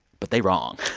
but they wrong